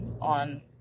on